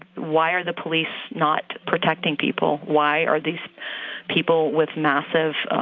why are the police not protecting people? why are these people with massive,